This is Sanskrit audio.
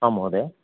आम् महोदया